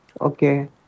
Okay